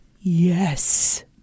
Yes